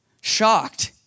shocked